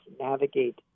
navigate